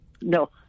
No